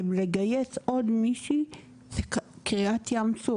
ולגייס עוד מישהי זה קריעת ים סוף.